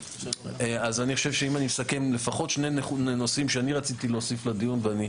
אז אם אני מסכם לפחות שני נושאים שאני רציתי להוסיף לדיון: א',